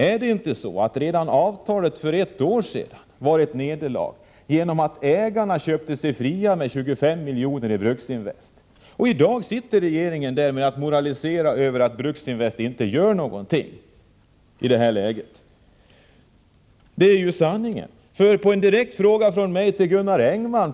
Är det inte så att redan avtalet för ett år sedan var ett nederlag, eftersom ägarna köpte sig fria genom att satsa 25 miljoner i Bruksinvest? I dag sitter regeringen där och kan bara moralisera över att Bruksinvest inte gör någonting i det här läget. Det är sanningen. På ett stort möte ställde jag en direkt fråga till Gunnar Engman.